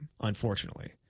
unfortunately